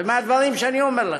ומהדברים שאני אומר לך: